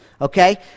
Okay